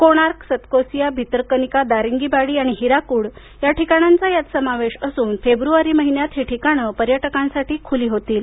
कोणार्क सतकोसिया भीतरकनिका दारींगीबाडी आणि हिराकूड या ठिकाणांचा यात समावेश असून फेब्रुवारी महिन्यात ही ठिकाणे पर्यटकांसाठी खुली होतील